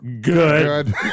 Good